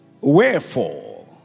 Wherefore